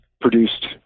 produced